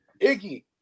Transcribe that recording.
Iggy